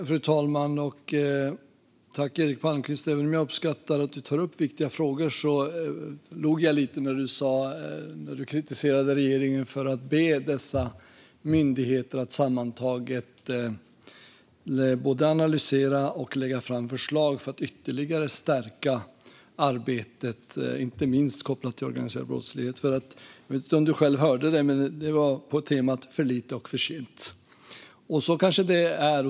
Fru talman! Även om jag uppskattar att du, Eric Palmqvist, tar upp viktiga frågor log jag lite när du kritiserade regeringen för att vi ber dessa myndigheter att analysera och lägga fram förslag för att ytterligare stärka arbetet, inte minst när det gäller det som är kopplat till organiserad brottslighet. Jag vet inte om du själv hörde det, men det var på temat för lite och för sent.